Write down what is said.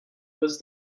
was